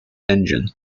engine